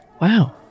Wow